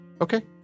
Okay